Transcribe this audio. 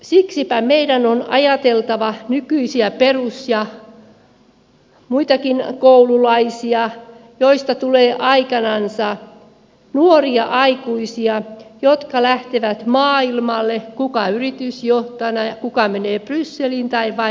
siksipä meidän on ajateltava nykyisiä perus ja muitakin koululaisia joista tulee aikanansa nuoria aikuisia jotka lähtevät maailmalle kuka yritysjohtajana kuka menee brysseliin tai vain muuten